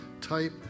type